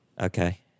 Okay